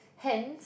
hence